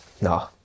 No